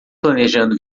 planejando